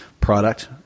product